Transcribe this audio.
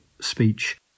speech